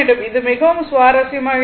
இது மிகவும் சுவாரஸ்யமாக இருக்கிறது